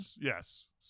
Yes